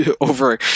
over